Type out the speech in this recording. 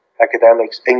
academics